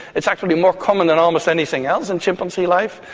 it's actually more common than almost anything else in chimpanzee life,